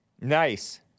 Nice